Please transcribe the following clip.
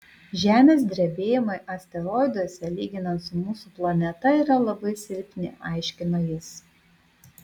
žemės drebėjimai asteroiduose lyginant su mūsų planeta yra labai silpni aiškino jis